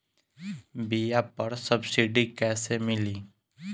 बीया पर सब्सिडी कैसे मिली?